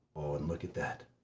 oh and look at that,